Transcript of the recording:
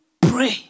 pray